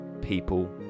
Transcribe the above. people